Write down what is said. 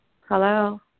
Hello